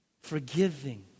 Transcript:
Forgiving